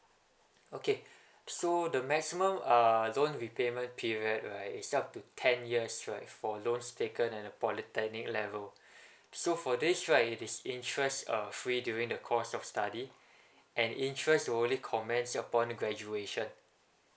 okay so the maximum err loan repayment period right is up to ten years right for loans taken in a polytechnic level so for this right it is interest uh free during the course of study and interest to only commence upon graduation